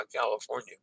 California